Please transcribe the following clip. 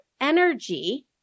energy